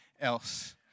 else